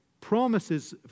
promises